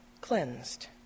cleansed